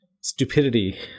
stupidity